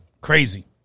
Crazy